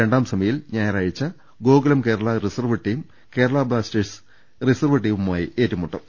രണ്ടാം സെമിയിൽ ഞായറാഴ്ച്ച Gokulam Kerala reserve team Kerala Blasters reserve ടീമുമായി ഏറ്റുമുട്ടും